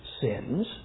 sins